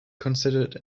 considered